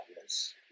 yes